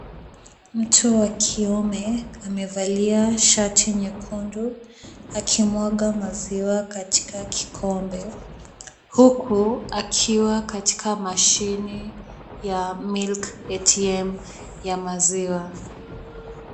Mtu wa kiume amevalia shati nyekundu, akimwaga maziwa katika kikombe, huku akiwa katika mashine ya milk ATM ya maziwa.